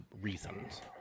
reasons